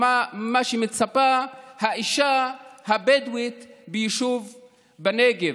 ממה שמצפה האישה הבדואית ביישוב בנגב,